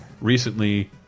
recently